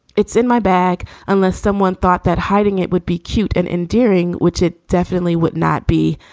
it's in my bag. unless someone thought that hiding it would be cute and endearing, which it definitely would not be.